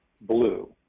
blue